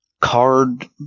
card